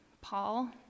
Paul